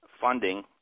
funding